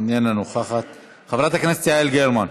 אינה נוכחת, חברת הכנסת יעל גרמן,